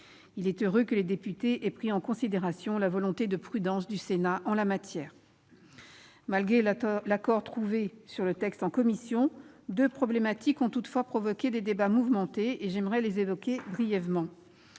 Il est heureux que les députés aient pris en considération la volonté de prudence du Sénat en la matière. Malgré l'accord trouvé sur le texte en commission, deux problématiques ont toutefois provoqué des débats mouvementés. Je souhaite les évoquer brièvement.